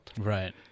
Right